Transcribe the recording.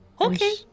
okay